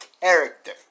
character